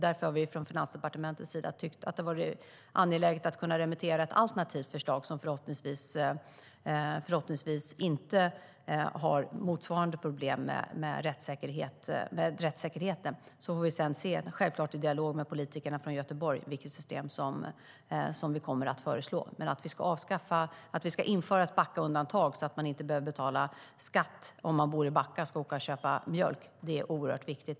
Därför har vi från Finansdepartementets sida tyckt att det var angeläget att kunna remittera ett alternativt förslag, som förhoppningsvis inte har motsvarande problem med rättssäkerheten. Sedan får vi se, självklart i dialog med politikerna i Göteborg, vilket system vi kommer att föreslå. Men att vi ska införa ett undantag så att man inte behöver betala skatt om man bor i Backa och ska åka och köpa mjölk är oerhört viktigt.